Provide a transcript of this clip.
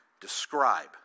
describe